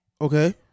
Okay